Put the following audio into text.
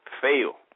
fail